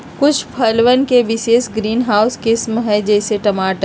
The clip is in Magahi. कुछ फसलवन के विशेष ग्रीनहाउस किस्म हई, जैसे टमाटर